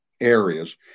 areas